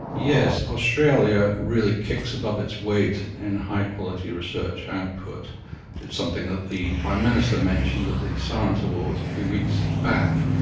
yes, australia really kicks above its weight in high-quality research output. it's something that the prime minister mentioned at the science awards a few weeks back,